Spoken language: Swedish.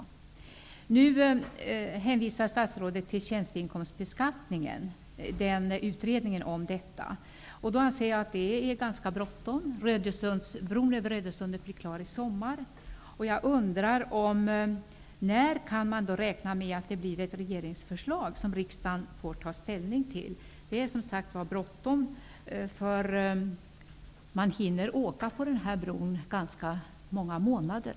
Statsrådet hänvisar till utredningen om tjänsteinkomstbeskattningen. Men jag anser att detta är ganska bråttom. Bron över Rödösundet blir klar i sommar. Jag undrar därför när man kan räkna med ett regeringsförslag som riksdagen får ta ställning till. Det är, som sagt, bråttom. Man hinner ju åka på nämnda bro ganska många månader.